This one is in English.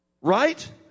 Right